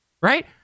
right